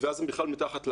ואז הם בכלל מתחת לרדאר.